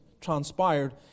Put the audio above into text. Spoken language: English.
transpired